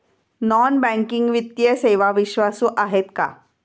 Non banking वित्तीय सेवा विश्वासू आहेत का?